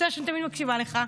אתה יודע שאני תמיד מקשיבה לך.